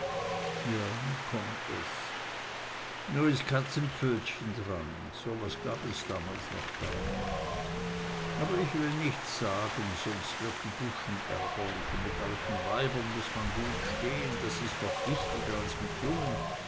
ja nu kommt es nu is katzenpfötchen dran so was gab es damals noch gar nicht aber ich will nichts sagen sonst wird die buschen ärgerlich und mit alten weibern muß man gut stehn das is noch wichtiger als mit jungen